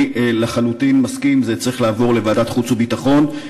אני לחלוטין מסכים שזה צריך לעבור לוועדת החוץ והביטחון,